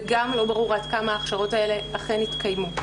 וגם לא ברור עד כמה ההכשרות האלה אכן התקיימו.